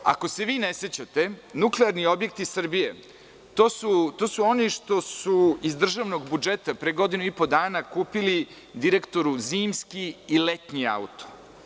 Ako se vi ne sećate, nuklearni objekti Srbije, to su oni što su iz državnog budžeta pre godinu i po dana kupili direktoru zimski i letnji auto.